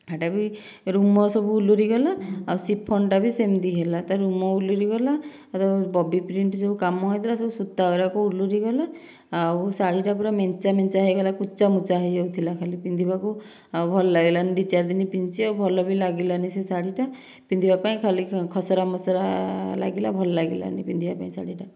ହେଟାବି ରୁମ ସବୁ ଉଲୁରିଗଲା ଆଉ ଶିଫନ୍ଟା ବି ସେମିତି ହେଲା ତା ରୁମ ଉଲୁରିଗଲା ବବି ପ୍ରିଣ୍ଟ୍ ଯେଉଁ କାମ ହୋଇଥିଲା ସେ ସୂତା ଗୁଡ଼ାକ ଉଲୁରିଗଲା ଆଉ ଶାଢ଼ୀଟା ପୁରା ମେଞ୍ଚା ମେଞ୍ଚା ହୋଇଗଲା କୁଚା ମୁଚା ହୋଇଯାଉଥିଲା ଖାଲି ପିନ୍ଧିବାକୁ ଆଉ ଭଲ ଲାଗିଲାନି ଡି ଚାରିଦନି ପିନ୍ଧିଛି ଆଉ ଭଲ ବି ଲାଗିଲାନି ସେ ଶାଢ଼ୀଟା ପିନ୍ଧିବା ପାଇଁ ଖାଲି ଖ୍ ଖସରା ମସରା ଆ ଭଲଲାଗିଲାନି ଶାଢ଼ୀଟା